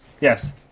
Yes